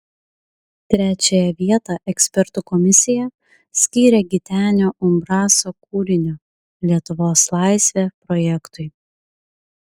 trečiąją vietą ekspertų komisija skyrė gitenio umbraso kūrinio lietuvos laisvė projektui